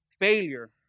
failure